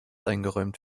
eingeräumt